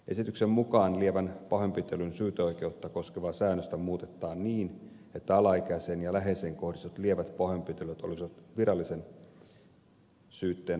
esityksen mukaan lievän pahoinpitelyn syyteoikeutta koskevaa säännöstä muutetaan niin että alaikäiseen ja läheiseen kohdistetut lievät pahoinpitelyt olisivat virallisen syytteen alaisia